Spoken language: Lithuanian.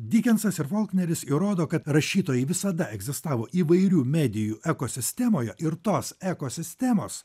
dikensas ir folkneris įrodo kad rašytojai visada egzistavo įvairių medijų ekosistemoje ir tos ekosistemos